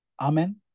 Amen